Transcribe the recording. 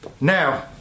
now